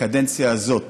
בקדנציה הזאת